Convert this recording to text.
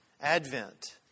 Advent